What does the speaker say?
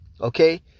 okay